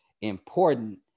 important